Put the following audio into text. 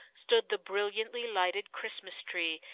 stood the brilliantly lighted christmas-tree,